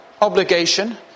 obligation